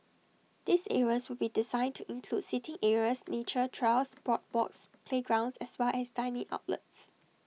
these areas will be designed to include seating areas nature trails boardwalks playgrounds as well as dining outlets